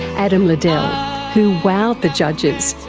adam ladell who wowed the judges,